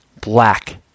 black